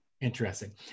interesting